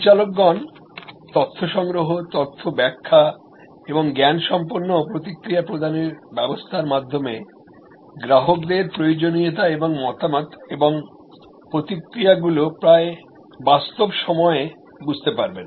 পরিচালকগণ তথ্য সংগ্রহ তথ্য ব্যাখ্যা এবং জ্ঞানসম্পন্ন প্রতিক্রিয়া প্রদানের ব্যবস্থার মাধ্যমে গ্রাহকদের প্রয়োজনীয়তা এবং মতামত এবং প্রতিক্রিয়াগুলি প্রায় বাস্তব সময়ে বুঝতে পারবেন